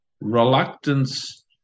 reluctance